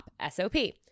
S-O-P